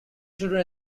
children